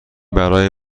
برای